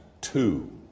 two